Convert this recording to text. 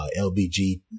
LBG